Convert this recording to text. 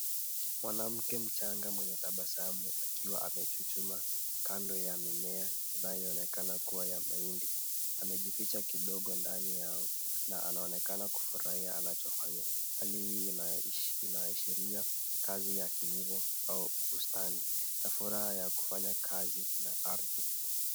Mwanamke mchanga mwenye tabasamu akiwa amechuchumaa kando ya mimea inayoonekana kuwa ya mahindi, amejificha kidogo ndani yao na anaonekana kufurahia anachofanya ,hali hii inaashiria kazi ya kilimo au bustani na furaha ya kufanya kazi na ardhi.